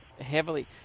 heavily